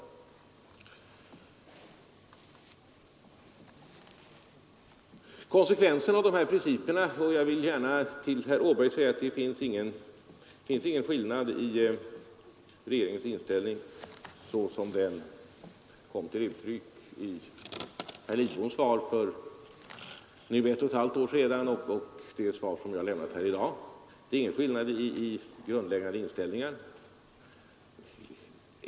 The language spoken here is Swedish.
Jag vill gärna till herr Åberg i detta sammanhang säga att det finns ingen grundläggande skillnad i regeringens inställning, såsom den kom till uttryck i herr Lidboms svar för nu ett och ett halvt år sedan och som den uttrycks i det svar som jag lämnat i dag.